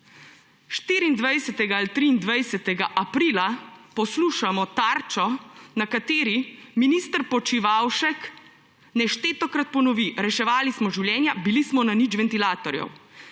24. ali 23. aprila poslušamo Tarčo, na kateri minister Počivalšek neštetokrat ponovi: »Reševali smo življenja, bili smo na nič ventilatorjev.«